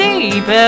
Deep